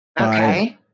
Okay